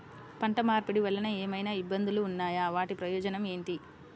పంట మార్పిడి వలన ఏమయినా ఇబ్బందులు ఉన్నాయా వాటి ప్రయోజనం ఏంటి?